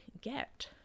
get